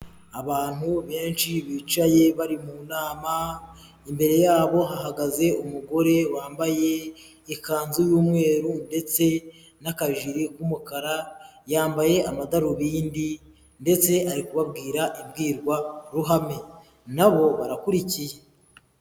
Abantu benshi bicaye bari mu nama imbere yabo hahagaze umugore wambaye ikanzu y'umweru ndetse n'akajiri k'umukara, yambaye amadarubindi ndetse ari kubabwira imbwirwaruhame nabo barakurikiye.